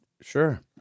Sure